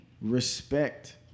respect